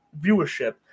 viewership